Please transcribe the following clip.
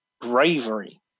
bravery